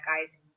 guys